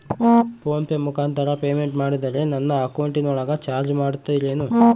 Phone pay ಮುಖಾಂತರ payment ಮಾಡಿದರೆ ನನ್ನ ಅಕೌಂಟಿನೊಳಗ ಚಾರ್ಜ್ ಮಾಡ್ತಿರೇನು?